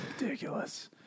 Ridiculous